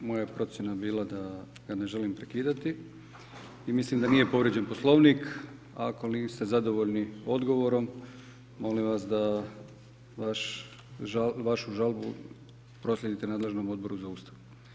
Moja je procjena bila da ga ne želim prekidati i mislim da nije povrijeđen Poslovnik, a ako niste zadovoljni odgovorom, molim vas da vašu žalbu proslijedite nadležnom Odboru za Ustav.